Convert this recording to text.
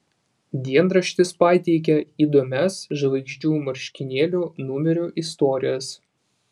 dienraštis pateikia įdomias žvaigždžių marškinėlių numerių istorijas